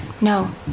No